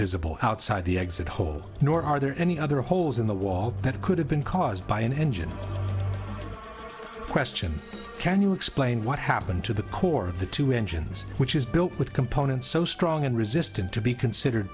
visible outside the exit hole nor are there any other holes in the wall that could have been caused by an engine question can you explain what happened to the core of the two engines which is built with components so strong and resistant to be considered